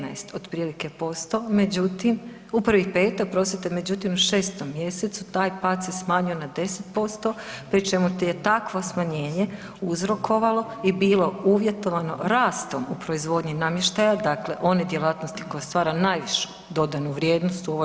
15 otprilike posto, međutim, u prvih 5, oprostite, međutim u 6. mj. taj pad se smanjio na 10% pri čemu je takvo smanjenje uzrokovalo i bilo uvjetovano rastom u proizvodnji namještaja, dakle one djelatnosti koje stvara najvišu dodanu vrijednost ... za preko 30%